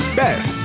best